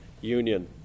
Union